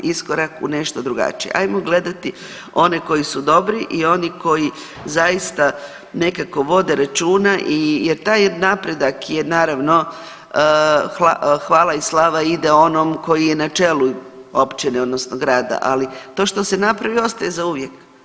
Iskorak u nešto drugačije, ajmo gledati one koji su dobri i oni koji zaista nekako vode računa i jer taj napredak je naravno, hvala i slava ide onom koji je na čelu općine odnosno grada, ali to što se napravi ostaje zauvijek.